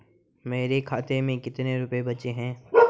मेरे खाते में कितने रुपये बचे हैं?